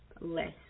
less